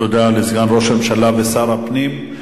תודה לסגן ראש הממשלה ושר הפנים.